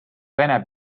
vene